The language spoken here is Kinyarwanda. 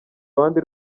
abandi